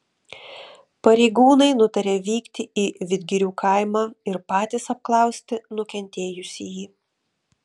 pareigūnai nutarė vykti į vidgirių kaimą ir patys apklausti nukentėjusįjį